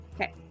Okay